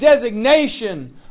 designation